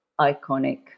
iconic